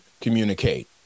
communicate